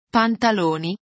pantaloni